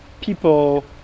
people